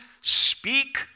speak